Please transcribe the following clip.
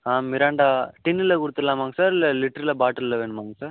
ஆ Mirinda டின்னில் கொடுத்துட்லாமாங்க sir இல்லை லிட்டருல பாட்டிலில் வேணுமாங்க சார்